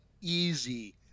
easy